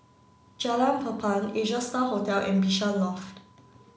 Jalan Papan Asia Star Hotel and Bishan Loft